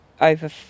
over